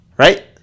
Right